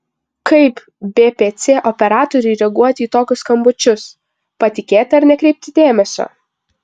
kaip bpc operatoriui reaguoti į tokius skambučius patikėti ar nekreipti dėmesio